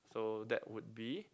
so that would be